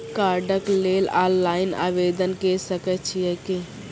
कार्डक लेल ऑनलाइन आवेदन के सकै छियै की?